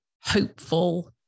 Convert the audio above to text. hopeful